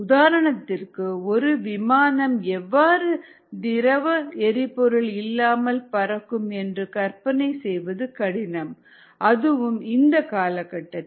உதாரணத்திற்கு ஒரு விமானம் எவ்வாறு திரவ எரிபொருள் இல்லாமல் பறக்கும் என்று கற்பனை செய்வது கடினம் அதுவும் இந்த காலகட்டத்தில்